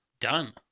done